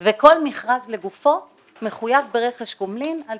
הוא לא יוצא על ידי רכבת ישראל או